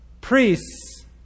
Priests